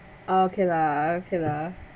okay lah okay lah